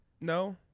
No